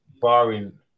barring